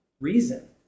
reason